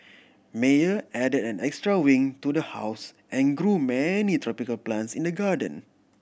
Meyer added an extra wing to the house and grew many tropical plants in the garden